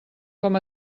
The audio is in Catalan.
com